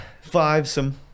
five-some